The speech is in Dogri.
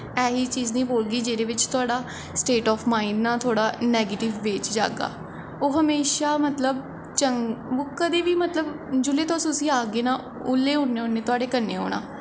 ऐसी चीज़ निं बोलदे जेह्दे बिच्च तोआढ़ा स्टेट ऑफ माईंड ना थोह्ड़ा नैगेटिव वेह् च जाह्गा ओह् हमेशा मतलब चंग ओह् कदें बी मतलब जिसलै तुस उसी आखगे ना उसले उन्नै तोआढ़े कन्नै होना